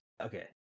okay